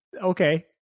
Okay